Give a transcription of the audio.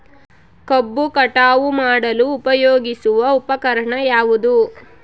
ಕಬ್ಬು ಕಟಾವು ಮಾಡಲು ಉಪಯೋಗಿಸುವ ಉಪಕರಣ ಯಾವುದು?